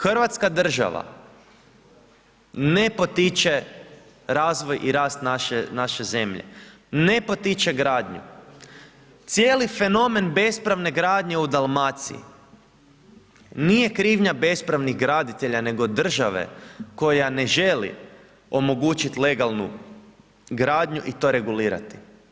Hrvatska država ne potiče razvoj i rast naše zemlje, ne potiče gradnju, cijeli fenomen bespravne gradnje u Dalmaciji nije krivnja bespravnih graditelja nego države koja ne želi omogućiti legalnu gradnju i to regulirati.